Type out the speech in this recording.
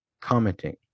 commenting